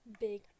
big